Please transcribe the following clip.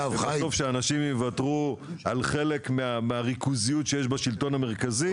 יותר טוב שאנשים יוותרו על חלק מהריכוזיות שיש בשלטון המרכזי,